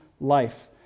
life